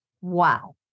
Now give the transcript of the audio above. Wow